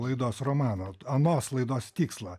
laidos romaną anos laidos tikslą